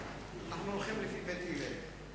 אנחנו הולכים לפי בית הלל.